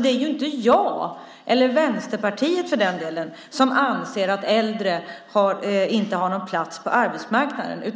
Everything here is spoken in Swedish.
Det är ju inte jag, eller Vänsterpartiet för den delen, som anser att äldre inte har någon plats på arbetsmarknaden.